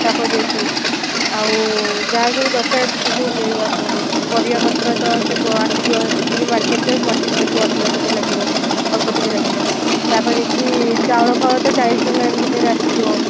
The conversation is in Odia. ତା'ପରେ ଯାଇକି ଆଉ ଯାହା ସବୁ ଦରକାର ଅଛି ସେ ସବୁ ମିଳିବ ଆପଣଙ୍କୁ ପରିବା ପତ୍ର ତ ସିଏ ତ ଆସିଯିବ ଯେତିକି ମାର୍କେଟ୍ ପ୍ରାଇସ୍ ତା ଠୁ ଅଧିକା ଟିକେ ଲାଗିବ ଅଳ୍ପ ଟିକେ ଲାଗିବ ତାପରେ ଚାଉଳ ଫାଉଳ ତ ଚାଳିଶ ଟଙ୍କା ଏମତି ଦେହରେ ଆସିଯିବ